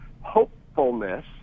hopefulness